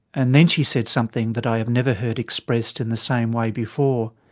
and then she said something that i have never heard expressed in the same way before.